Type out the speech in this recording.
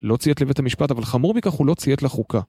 לא ציית לבית המשפט אבל חמור מכך הוא לא ציית לחוקה